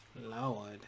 Lord